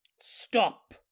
Stop